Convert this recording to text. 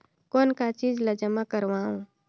कौन का चीज ला जमा करवाओ?